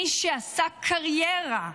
מי שעשה קריירה,